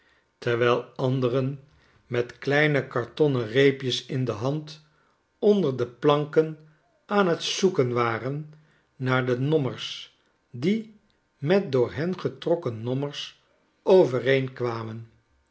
terwijl anderen met kleine cartonnen reepjes in de hand onder de planken aan t zoeken waren naar de nommers die met door hen getrokken nommers